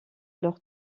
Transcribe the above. leur